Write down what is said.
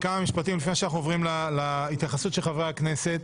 לפני שאנחנו עוברים להתייחסות של חברי הכנסת,